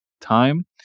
time